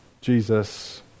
Jesus